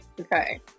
Okay